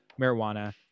marijuana